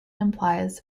implies